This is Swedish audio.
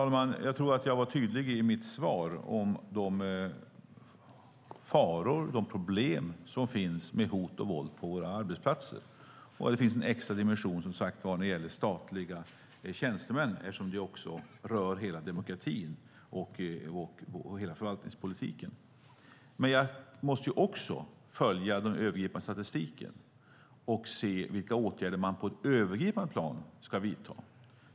Herr talman! Jag tror att jag var tydlig i mitt svar om de faror och problem som finns med hot och våld på våra arbetsplatser. Det finns som sagt en extra dimension när det gäller statliga tjänstemän eftersom det också rör hela demokratin och hela förvaltningspolitiken. Men jag måste också följa den övergripande statistiken och se vilka åtgärder man ska vidta på ett övergripande plan.